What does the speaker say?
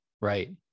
Right